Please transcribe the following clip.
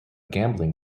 gambling